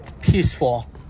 peaceful